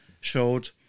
showed